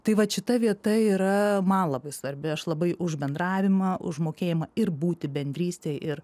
tai vat šita vieta yra man labai svarbi aš labai už bendravimą už mokėjimą ir būti bendrystėj ir